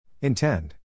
Intend